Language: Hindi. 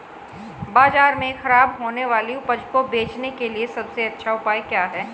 बाजार में खराब होने वाली उपज को बेचने के लिए सबसे अच्छा उपाय क्या है?